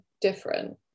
different